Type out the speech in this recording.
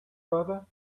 brother